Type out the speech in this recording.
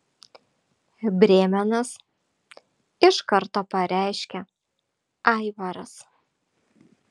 brėmenas iš karto pareiškė aivaras